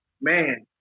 man